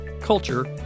culture